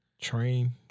Train